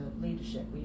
leadership